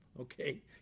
okay